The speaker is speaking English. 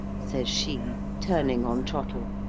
says she, turning on trottle,